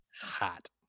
Hot